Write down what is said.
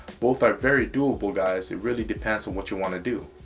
both are very doable guys. it really depends on what you want to do.